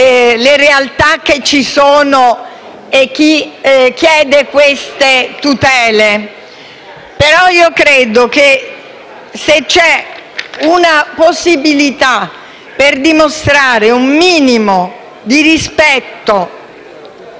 le realtà che ci sono e chi chiede le tutele. Credo però che, se c'è una possibilità per dimostrare un minimo di rispetto,